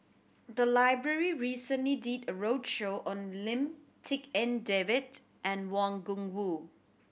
the library recently did a roadshow on Lim Tik En David and Wang Gungwu